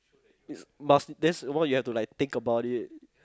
is must then some more you have to like think about it